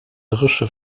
irische